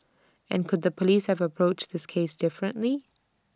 and could the Police have approached this case differently